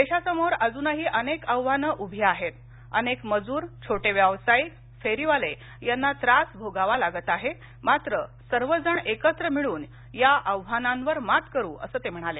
देशासमोर अजूनही अनेक आव्हानं उभी आहेत अनेक मजूर छोटे व्यावसायिक फेरीवाले यांना त्रास भोगावा लागत आहे मात्र सर्वजण एकत्र मिळून या आव्हानांवर मात करू अस ते म्हणाले